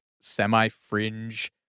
semi-fringe